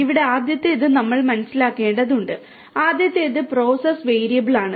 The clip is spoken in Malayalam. ഇവിടെ ആദ്യത്തേത് നമ്മൾ മനസ്സിലാക്കേണ്ടതുണ്ട് ആദ്യത്തേത് പ്രോസസ് വേരിയബിളാണ്